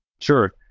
Sure